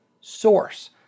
source